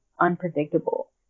unpredictable